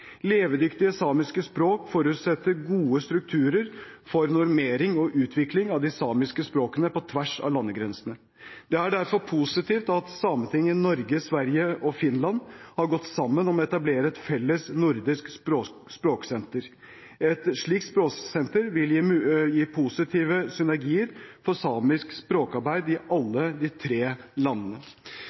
Levedyktige samiske språk forutsetter gode strukturer for normering og utvikling av de samiske språkene på tvers av landegrensene. Det er derfor positivt at sametingene i Norge, Sverige og Finland har gått sammen om å etablere et felles nordisk språksenter. Et slikt språksenter vil gi positive synergier for samisk språkarbeid i alle de tre landene.